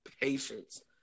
patience